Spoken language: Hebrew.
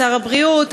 שר הבריאות,